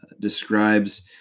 describes